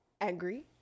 angry